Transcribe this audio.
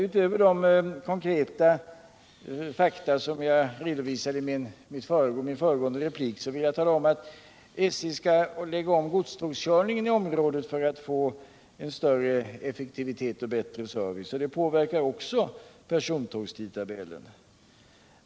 Utöver de konkreta fakta som jag redovisade i mitt föregående inlägg vill jag tala om att SJ skall lägga om godstågskörningen i området för att få större effektivitet och bättre service. Det påverkar också persontågstidtabellen.